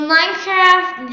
Minecraft